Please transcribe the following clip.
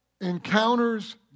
encounters